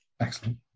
Excellent